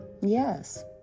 Yes